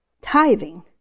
tithing